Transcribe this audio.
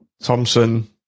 Thompson